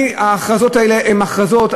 ההכרזות האלה הן הכרזות,